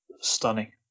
Stunning